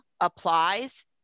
Applies